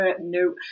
no